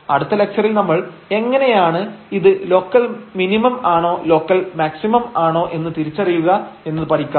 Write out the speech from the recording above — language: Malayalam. അടുത്ത ലക്ച്ചറിൽ നമ്മൾ എങ്ങനെയാണ് ഇത് ലോക്കൽ മിനിമം ആണോ ലോക്കൽ മാക്സിമം ആണോ എന്ന് തിരിച്ചറിയുക എന്നത് പഠിക്കാം